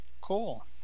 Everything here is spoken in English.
Cool